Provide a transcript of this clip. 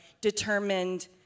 determined